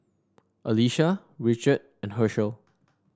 Alisha Richard and Hershell